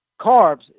carbs